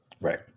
right